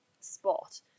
Spot